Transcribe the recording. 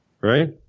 Right